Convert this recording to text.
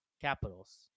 Capitals